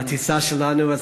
בטיסה שלנו.